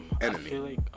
enemy